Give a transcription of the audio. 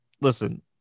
Listen